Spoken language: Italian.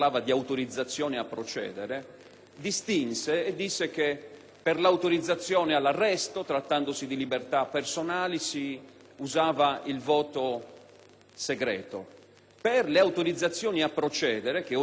distinse e stabilì che per l'autorizzazione all'arresto, trattandosi di libertà personali, si usava il voto segreto, mentre per le autorizzazioni a procedere (che oggi, come sappiamo, non esistono più),